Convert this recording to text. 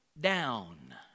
down